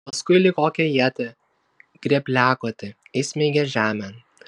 paskui lyg kokią ietį grėbliakotį įsmeigė žemėn